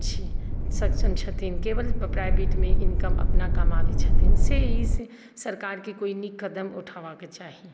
सक्षम छथिन केवल प्राइभेटमे इनकम अपना कमाबैत छथिन से ई सरकारकेँ कोइ नीक कदम उठाबयके चाही